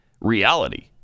reality